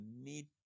need